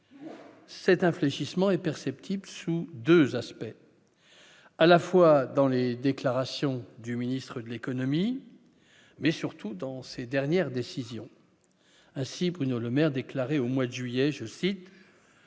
Cet infléchissement est perceptible sous 2 aspects à la fois dans les déclarations du ministre de l'économie, mais surtout dans ses dernières décisions ainsi Bruno Le Maire déclaré au mois de juillet, je cite,